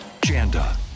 Janda